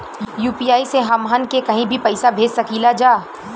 UPI से हमहन के कहीं भी पैसा भेज सकीला जा?